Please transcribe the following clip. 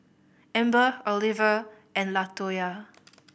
Amber Oliver and Latoya